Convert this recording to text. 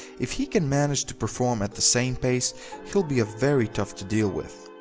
if he can manage to perform at the same pace he'll be very tough to deal with,